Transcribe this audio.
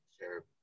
Sure